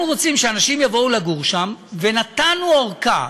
אנחנו רוצים שאנשים יבואו לגור שם, ונתנו ארכה